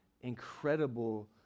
incredible